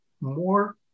more